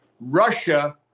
Russia—